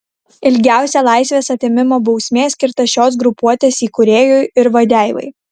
ilgiausia laisvės atėmimo bausmė skirta šios grupuotės įkūrėjui ir vadeivai